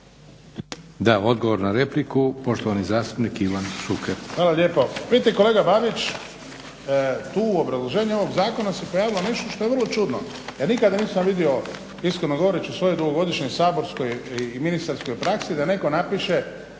Da, odgovor na repliku, poštovani zastupnik Ivan Šuker.